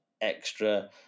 extra